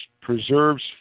preserves